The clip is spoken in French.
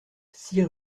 six